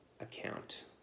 account